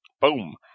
boom